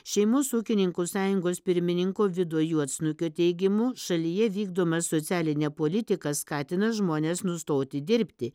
šeimos ūkininkų sąjungos pirmininko vido juodsnukio teigimu šalyje vykdoma socialinė politika skatina žmones nustoti dirbti